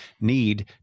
need